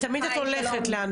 לשכת עורכי